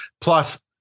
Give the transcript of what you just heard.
Plus